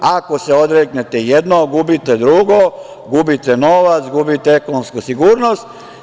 Ako se odreknete i jednog, gubite drugo, gubite novac, gubite ekonomsku sigurnost.